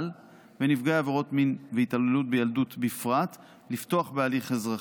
ונפגעי עבירות מין והתעללות בילדות בפרט לפתוח בהליך אזרחי.